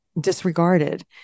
disregarded